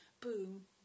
boom